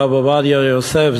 הרב עובדיה יוסף,